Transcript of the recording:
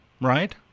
Right